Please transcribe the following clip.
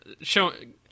showing